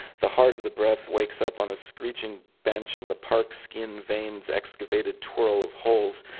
the heart of the breath wakes up on a screeching bench in the park skein veins' excavated twirl of holes.